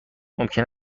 ممکن